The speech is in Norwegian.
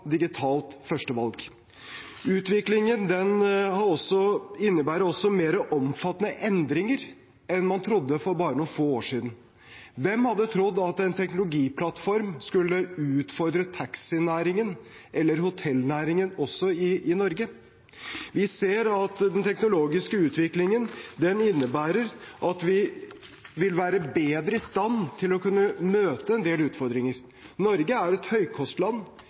digitalt førstevalg. Utviklingen innebærer også mer omfattende endringer enn man trodde for bare noen få år siden. Hvem hadde trodd at en teknologiplattform skulle utfordre taxinæringen eller hotellnæringen også i Norge? Vi ser at den teknologiske utviklingen innebærer at vi vil være bedre i stand til å kunne møte en del utfordringer. Norge er et høykostland.